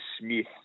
Smith